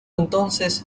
entonces